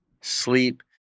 Sleep